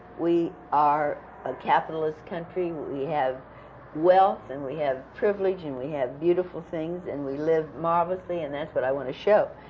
we are a capitalist country. we have wealth, and we have privilege, and we have beautiful things, and we live marvelously, and that's what i want to show.